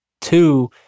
Two